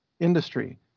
industry